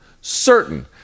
certain